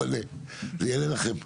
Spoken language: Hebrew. אני אענה לכם.